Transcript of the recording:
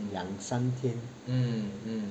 两三天